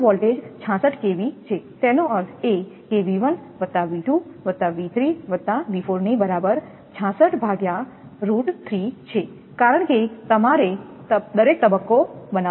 કુલ voltage 66 kV kV છે તેનો અર્થ એ કે 𝑉1 𝑉2 𝑉3 𝑉4 ની બરાબર છે કારણ કે તમારે દરેક તબક્કો બનાવવો પડશે